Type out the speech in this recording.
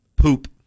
Poop